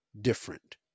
different